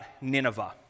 Nineveh